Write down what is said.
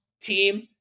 team